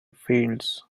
fields